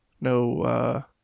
No